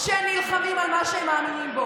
מה שמניע אותם,